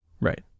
Right